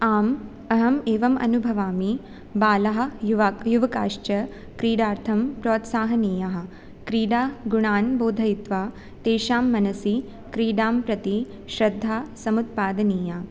आम् अहम् एवम् अनुभवामि बालाः युवा युवकाश्च क्रीडार्थं प्रोत्साहनीयाः क्रीडा गुणान् बोधयित्वा तेषां मनसि क्रीडां प्रति श्रद्धा समुत्पादनीया